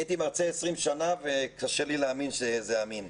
אני הייתי מרצה 20 שנה וקשה לי להאמין שזה אמין.